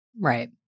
Right